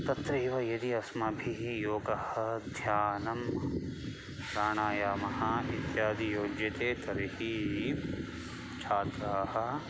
तत्रैव यदि अस्माभिः योगः ध्यानं प्राणायामः इत्यादि योज्यते तर्हि छात्राः